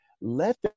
let